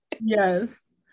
Yes